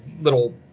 little